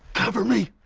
cover me.